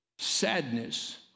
sadness